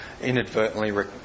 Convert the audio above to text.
inadvertently